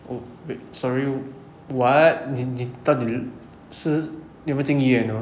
oh wait sorry what 你你到底是有没有进医院的